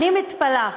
אני מתפלאה,